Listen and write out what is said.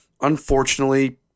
unfortunately